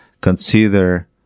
consider